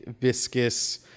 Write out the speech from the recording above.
viscous